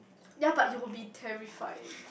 ya but you will be terrified